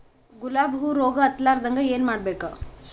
ಗುಲಾಬ್ ಹೂವು ರೋಗ ಹತ್ತಲಾರದಂಗ ಏನು ಮಾಡಬೇಕು?